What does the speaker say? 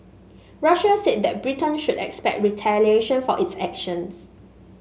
Russia said that Britain should expect retaliation for its actions